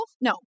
No